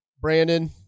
Brandon